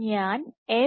ഞാൻ F